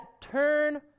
turn